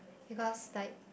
because like